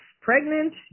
pregnant